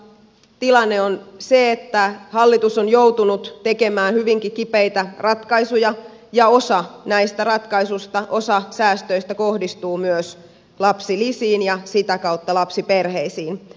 tilanne on se että hallitus on joutunut tekemään hyvinkin kipeitä ratkaisuja ja osa näistä ratkaisuista osa säästöistä kohdistuu myös lapsilisiin ja sitä kautta lapsiperheisiin